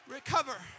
Recover